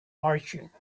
marching